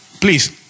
please